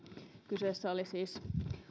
kyseessä oli siis